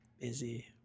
busy